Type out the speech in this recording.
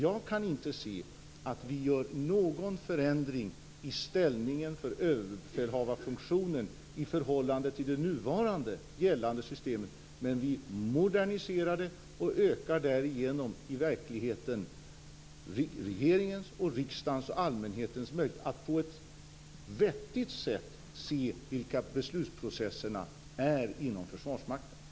Jag kan inte se att vi gör någon förändring i överbefälhavarfunktionens ställning i förhållande till det nu gällande systemet. Vi moderniserar dock detta och ökar därigenom i verkligheten regeringens, riksdagens och allmänhetens möjligheter att på ett vettigt sätt se vilka beslutsprocesserna inom Försvarsmakten är.